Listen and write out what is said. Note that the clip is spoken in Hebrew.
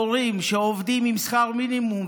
הורים שעובדים עם שכר מינימום,